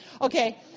okay